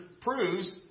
proves